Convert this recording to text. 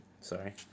sorry